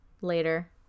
later